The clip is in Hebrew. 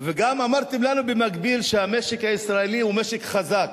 וגם אמרתם לנו במקביל שהמשק הישראלי הוא משק חזק,